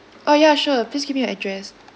orh ya sure please give me your address